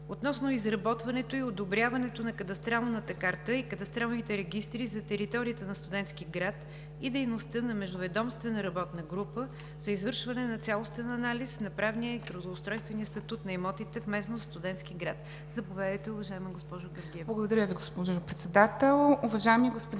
относно изработването и одобряването на кадастралната карта и кадастралните регистри за територията на Студентски град и дейността на междуведомствена работна група за извършване на цялостен анализ на правния и трудоустройствения статут на имотите в местност „Студентски град“. Заповядайте, уважаема госпожо Георгиева.